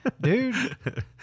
Dude